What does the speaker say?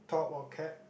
top or cap